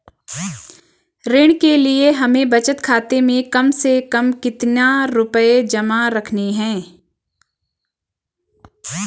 ऋण के लिए हमें बचत खाते में कम से कम कितना रुपये जमा रखने हैं?